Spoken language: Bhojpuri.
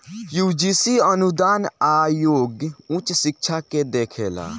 यूजीसी अनुदान आयोग उच्च शिक्षा के देखेला